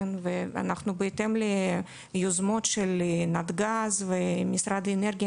ואנחנו בהתאם ליוזמות של נתג"ז ומשרד לאנרגיה,